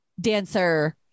dancer